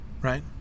right